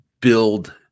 build